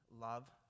love